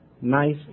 nice